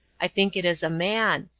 i think it is a man.